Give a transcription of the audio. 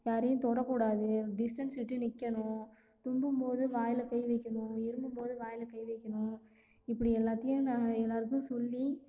யாரையும் தொடக்கூடாது டிஸ்டன்ஸ் விட்டு நிற்கணும் தும்மும் போது வாய்ல கை வைக்கணும் இருமும் போது வாய்ல கை வைக்கணும் இப்படி எல்லாத்தையும் நாங்கள் எல்லாருக்கும் சொல்லி